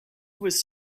was